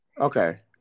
Okay